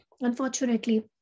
unfortunately